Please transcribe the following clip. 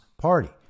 party